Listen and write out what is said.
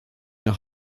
nach